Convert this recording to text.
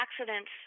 accidents